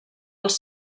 els